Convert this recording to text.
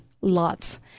lots